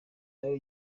nawe